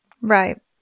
Right